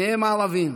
שניהם ערבים,